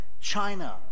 China